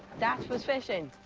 that was fishing?